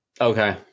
Okay